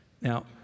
Now